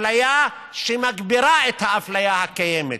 אפליה שמגבירה את האפליה הקיימת.